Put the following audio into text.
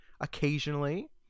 occasionally